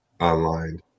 online